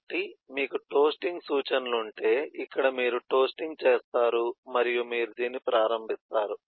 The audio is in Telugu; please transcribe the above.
కాబట్టి ఇక్కడ మీకు టోస్టింగ్ సూచనలు ఉంటే ఇక్కడ మీరు టోస్టింగ్ చేస్తారు మరియు మీరు దీన్ని ప్రారంభిస్తారు